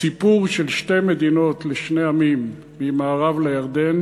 הסיפור של שתי מדינות לשני עמים ממערב לירדן